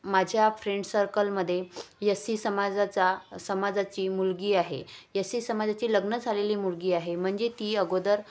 माझ्या फ्रेंड सर्कलमध्ये यस्सी समाजाचा समाजाची मुलगी आहे यस्सी समाजाची लग्न झालेली मुलगी आहे म्हणजे ती अगोदर